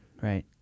Right